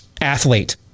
athlete